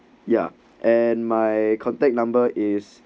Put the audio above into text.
ya and my contact number is